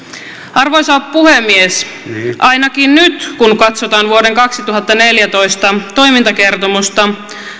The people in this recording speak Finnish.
arvoisa puhemies ainakin nyt kun katsotaan vuoden kaksituhattaneljätoista toimintakertomusta